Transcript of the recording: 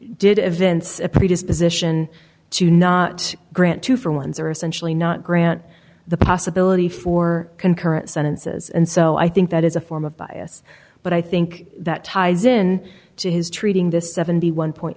did events a predisposition to not grant to for one's are essentially not grant the possibility for concurrent sentences and so i think that is a form of bias but i think that ties in to his treating this seventy one point